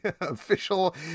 Official